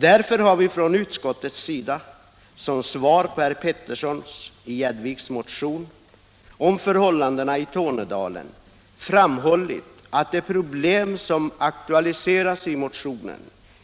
Därför har utskottet framhållit som svar på motionen av herr Petersson i Gäddvik m.fl. om förhållandena i Tornedalen att de problem som aktualiseras i motionen